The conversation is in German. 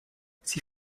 sie